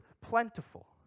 plentiful